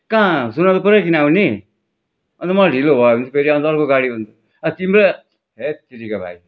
का सोनादा पुराइकन आउने अन्त मलाई ढिलो भयो भने चाहिँ फेरि अन्त अर्को गाडी तिम्रो हैट् तेरिका भाइ